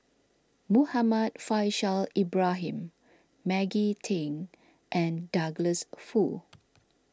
Muhammad Faishal Ibrahim Maggie Teng and Douglas Foo